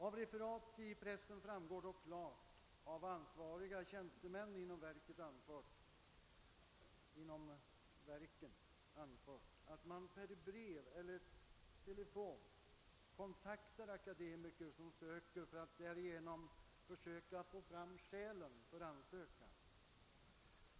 Av referat i pressen av vad ansvariga tjänstemän inom verken anfört framgår dock klart att man per brev eller telefon kontaktar akademiker som söker för att därigenom försöka få fram skälen för ansökan.